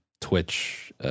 Twitch